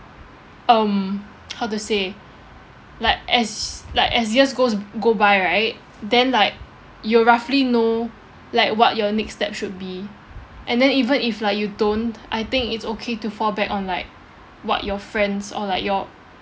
um how to say like as like as years goes go by right then like you roughly know like what your next step should be and then even if like you don't I think it's okay to fall back on like what your friends or like your